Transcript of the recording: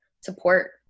support